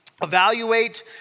evaluate